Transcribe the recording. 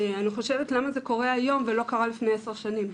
אני חושבת למה זה קורה היום ולא קרה לפני עשר שנים?